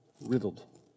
Riddled